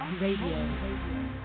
Radio